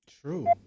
True